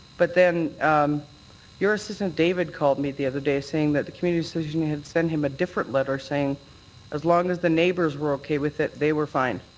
but then your assistant david called me the other day saying the community association had sent him a different letter saying as long as the neighbours were okay with it, they were fine.